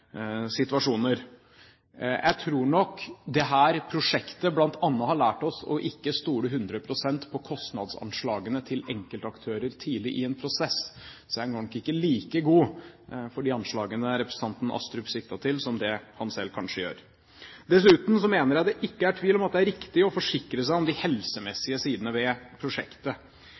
situasjoner. Jeg tror nok dette prosjektet bl.a. har lært oss ikke å stole 100 pst. på kostnadsanslagene til enkeltaktører tidlig i en prosess, så jeg går nok ikke like god for de anslagene representanten Astrup siktet til, som det han selv kanskje gjør. Dessuten mener jeg det ikke er tvil om at det er riktig å forsikre seg om de helsemessige sidene ved prosjektet.